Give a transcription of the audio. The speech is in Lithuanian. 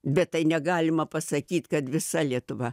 bet tai negalima pasakyt kad visa lietuva